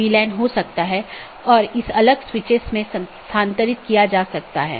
हालांकि हर संदेश को भेजने की आवश्यकता नहीं है